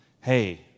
Hey